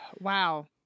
wow